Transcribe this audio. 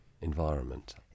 environment